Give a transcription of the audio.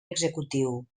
executiu